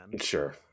sure